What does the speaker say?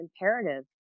imperative